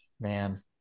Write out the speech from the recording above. man